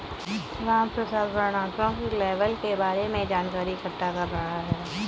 रामप्रसाद वर्णनात्मक लेबल के बारे में जानकारी इकट्ठा कर रहा है